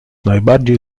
najbardziej